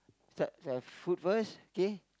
start uh fruit first okay